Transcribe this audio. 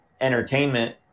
entertainment